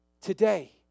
today